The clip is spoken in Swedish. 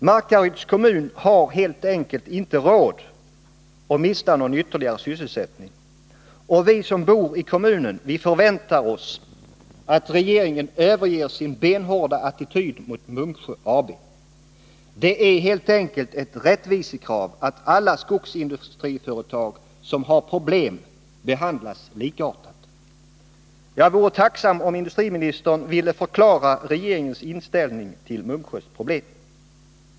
Markaryds kommun har helt enkelt inte råd att mista någon ytterligare sysselsättning, och vi som bor i kommunen förväntar oss att regeringen överger sin benhårda attityd mot Munksjö AB. Det är helt enkelt ett rättvisekrav att alla skogsindustriföretag med problem behandlas likartat. Jag vore tacksam om industriministern ville förklara regeringens inställning till Munksjös problem.